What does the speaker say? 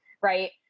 right